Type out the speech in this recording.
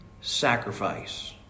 sacrifice